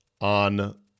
on